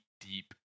deep